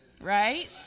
Right